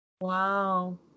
wow